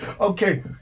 Okay